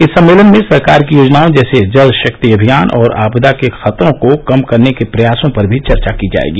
इस सम्मेलन में सरकार की योजनाओं जैसे जलशक्ति अभियान और आपदा के खतरों को कम करने के प्रयासों पर भी चर्चा की जायेगी